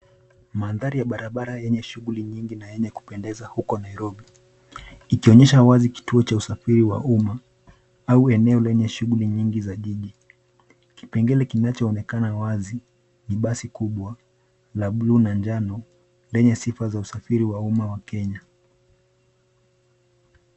Mandhari ya barabara yenye shughuli nyingi na yenye kupendeza huko Nairobi. Ikionyesha wazi kituo cha usafiri wa umma ,au eneo lenye shughuli nyingi za jiji. Kipengele kinachoonekana wazi, ni basi kubwa, la bluu na njano, lenye sifa za usafiri wa umma wa Kenya.